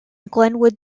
glenwood